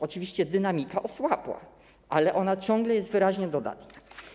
Oczywiście dynamika osłabła, ale ciągle jest wyraźnie dodatnia.